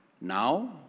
Now